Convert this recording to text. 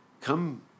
come